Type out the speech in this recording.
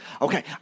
okay